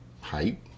height